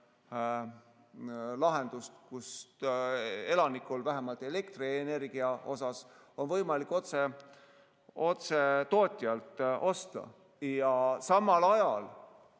lahendust, et elanikel vähemalt elektrienergiat oleks võimalik otse tootjalt osta ja samal ajal